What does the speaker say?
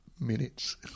minutes